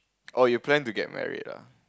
oh you plan to get married ah